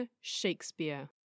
Shakespeare